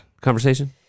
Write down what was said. conversation